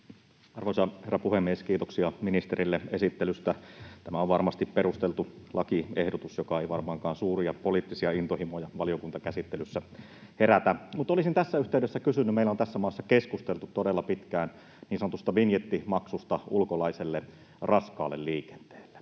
Arvoisa herra puhemies! Kiitoksia ministerille esittelystä. Tämä on varmasti perusteltu lakiehdotus, joka ei varmaankaan suuria poliittisia intohimoja valiokuntakäsittelyssä herätä. Mutta olisin tässä yhteydessä kysynyt siitä, kun meillä on tässä maassa keskusteltu todella pitkään niin sanotusta vinjettimaksusta ulkolaiselle raskaalle liikenteelle